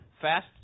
fast